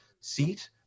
seat